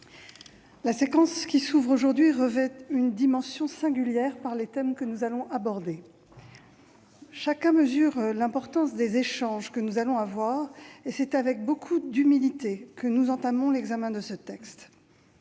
la séquence qui s'ouvre aujourd'hui revêt une dimension singulière par les thèmes que nous allons aborder. Chacun mesure l'importance des échanges que nous allons avoir, et c'est avec beaucoup d'humilité que nous entamons l'examen de ce texte.